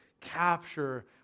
capture